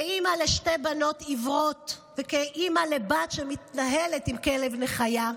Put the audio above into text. כאימא לשתי בנות עיוורות וכאימא לבת שמתנהלת עם כלב נחייה,